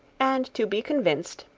and to be convinced,